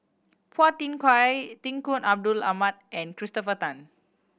Phua Thin Kiay Tunku Abdul Rahman and Christopher Tan